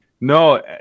No